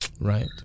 Right